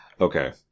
Okay